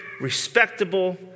respectable